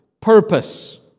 purpose